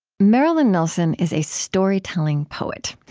marilyn nelson is a storytelling poet.